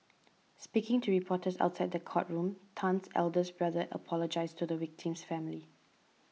speaking to reporters outside the courtroom Tan's eldest brother apologised to the victim's family